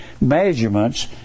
measurements